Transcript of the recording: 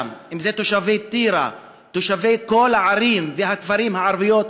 אם זה תושבי טירה וכל הערים והכפרים הערביים,